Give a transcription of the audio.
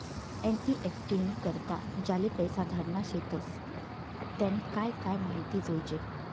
NEFT नी करता ज्याले पैसा धाडना शेतस त्यानी काय काय माहिती जोयजे